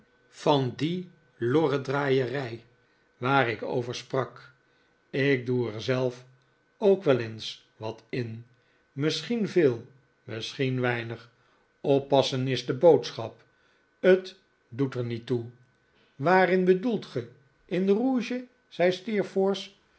van die lorrendraaierij waar ik over sprak ik doe er zelf ook wel eens wat in misschien veel misschien weinig oppassen is de boodschap t doet er niet toe waarin bedoelt ge in rouge zei